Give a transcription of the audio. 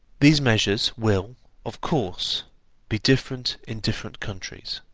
these measures will of course be different in different countries.